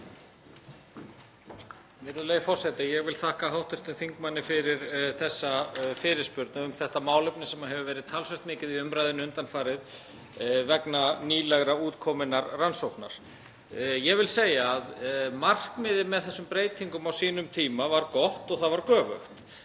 Virðulegi forseti. Ég vil þakka hv. þingmanni fyrir þessa fyrirspurn um þetta málefni sem hefur verið talsvert mikið í umræðunni undanfarið vegna nýlega útkominnar rannsóknar. Ég vil segja að markmiðið með þessum breytingum á sínum tíma var gott og það var göfugt